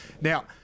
Now